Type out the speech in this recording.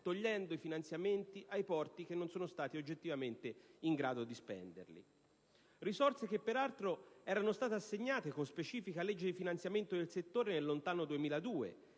togliendo i finanziamenti ai porti che non sono stati oggettivamente in grado di spenderli. Risorse che peraltro erano state assegnate con specifica legge di finanziamento del settore nel lontano 2002,